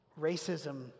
racism